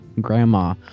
grandma